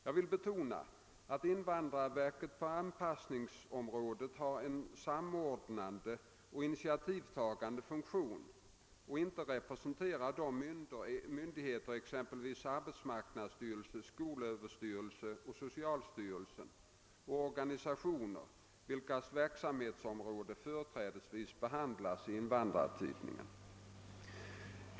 Jag vill betona att invandrarverket på anpassningsområdet har en samordnande och initiativtagande funktion och inte representerar de myndigheter — exempelvis arbetsmarknadsstyrelsen, skolöverstyrelsen och socialstyrelsen — och organisationer vilkas verksamhetsområden företrädesvis behandlas i Invandrartidningen.